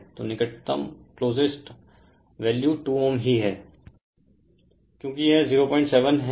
तो closest value 2Ω ही है क्योंकि यह 07 है